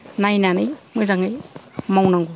नायनानै मोजाङै मावनांगौ